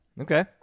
Okay